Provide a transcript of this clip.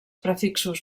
prefixos